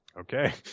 Okay